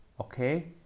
Okay